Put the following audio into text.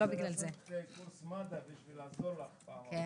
לעשות קורס מד"א בשביל לעזור לך פעם הבאה.